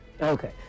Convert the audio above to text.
okay